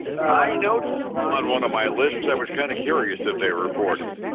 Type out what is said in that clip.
i noticed on one of my lists i was kind of curious if they reported.